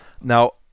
Now